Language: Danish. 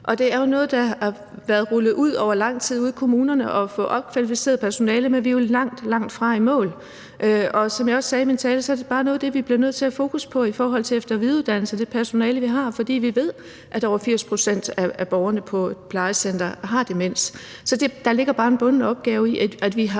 Det er jo noget, der har været rullet ud over lang tid ude i kommunerne, nemlig at få opkvalificeret personalet, men vi er jo langt, langt fra at være i mål. Som jeg også sagde i min tale, er det noget af det, vi bliver nødt til at have fokus på i forhold til efter- og videreuddannelse af det personale, vi har, fordi vi ved, at over 80 pct. af borgerne på plejecentre har demens. Der ligger bare en bunden opgave i, at vi har